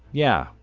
yeah,